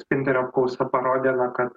spinterio apklausa parodė na kad